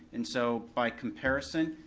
and so by comparison,